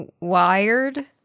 Wired